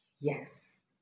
Yes